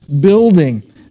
building